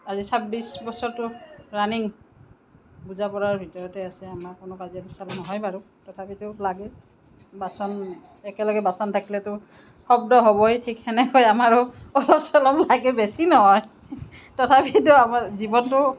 আজি ছাব্বিশ বছৰতো ৰানিং বুজা পৰাৰ ভিতৰতে আছে আমাৰ কোনো কাজিয়া পেচাল নহয় বাৰু তথাপিতো লাগে বাচন একেলগে বাচন থাকিলেতো শব্দ হ'বই ঠিক সেনেকৈ আমাৰো অলপ চলপ লাগে বেছি নহয় তথাপিতো আমাৰ জীৱনটো